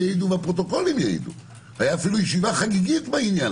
והפרוטוקולים יעידו - היתה אפילו ישיבה חגיגית בעניין,